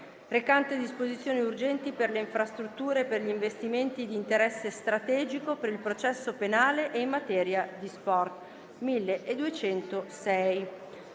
recante disposizioni urgenti per le infrastrutture e gli investimenti di interesse strategico, per il processo penale e in materia di sport» (1206).